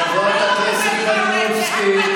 חברת הכנסת מלינובסקי.